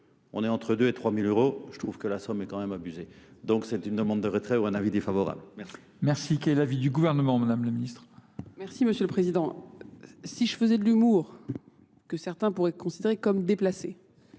on est entre 2 et 3000 euros, je trouve que la somme est quand même abusée. Donc c'est une demande de retrait ou un avis défavorable. Merci. Merci. Quelle Quelle est l'avis du gouvernement, Madame la Ministre ? Merci Monsieur le Président. Si je faisais de l'humour, que certains pourraient considérer comme déplacé.